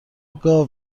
گاو